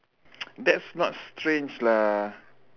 that's not strange lah